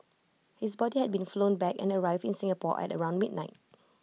his body had been flown back and arrived in Singapore at around midnight